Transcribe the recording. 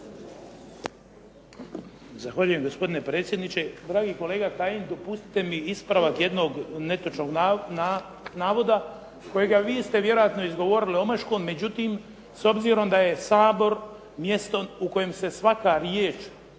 Zahvaljujem gospodine predsjedniče. Dragi kolega Kajin dopustite mi ispravak jednog netočnog navoda kojega vi ste vjerojatno izgovorili omaškom, međutim, s obzirom da je Sabor mjesto u kojem se svaka riječ